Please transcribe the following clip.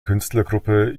künstlergruppe